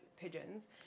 pigeons